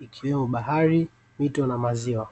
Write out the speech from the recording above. ikiwemo bahari, mito na maziwa.